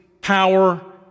power